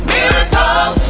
Miracle